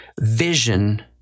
vision